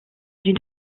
une